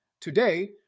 Today